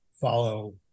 follow